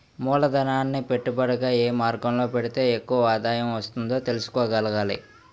మూలధనాన్ని పెట్టుబడిగా ఏ మార్గంలో పెడితే ఎక్కువ ఆదాయం వస్తుందో తెలుసుకోగలగాలి